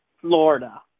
Florida